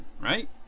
right